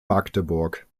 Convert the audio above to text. magdeburg